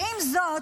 ועם זאת,